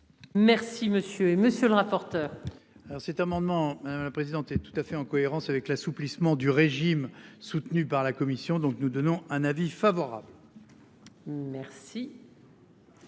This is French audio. Merci Monsieur et monsieur le rapporteur. Alors cet amendement. La présidente et tout à fait en cohérence avec l'assouplissement du régime soutenu par la Commission, donc nous donnons un avis favorable. Merci.